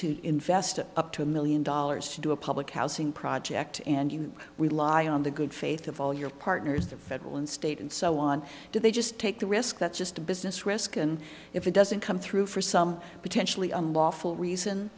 to invest up to a million dollars to do a public housing project and you would lie on the good faith of all your partners the federal and state and so on do they just take the risk that's just a business risk and if it doesn't come through for some potentially unlawful reason